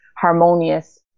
harmonious